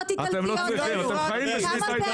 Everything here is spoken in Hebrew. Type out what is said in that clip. אתם חיים בשביתה